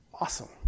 Awesome